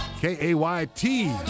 K-A-Y-T